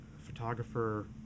Photographer